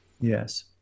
Yes